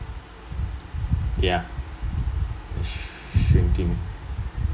yeah shrinking